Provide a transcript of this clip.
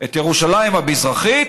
את ירושלים המזרחית,